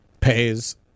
pays